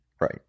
Right